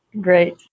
Great